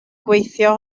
gweithio